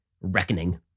Reckoning